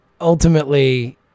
ultimately